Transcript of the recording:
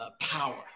power